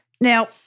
Now